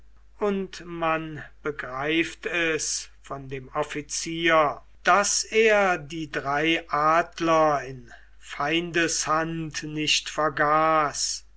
und man begreift es von dem offizier daß er die drei adler in feindeshand nicht vergaß